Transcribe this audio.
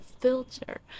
filter